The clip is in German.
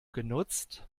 genutzt